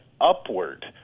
upward